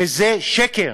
וזה שקר.